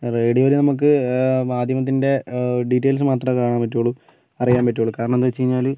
റേഡിയോയിൽ നമുക്ക് മാധ്യമത്തിൻ്റെ ഡീറ്റെയിൽസ് മാത്രമേ കാണാൻ പറ്റുകയുള്ളു അറിയാൻ പറ്റുകയുള്ളു കാരണം എന്താന്ന് വച്ച് കഴിഞ്ഞാല്